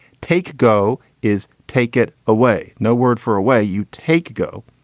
take. go is. take it away. no word for a way. you take. go.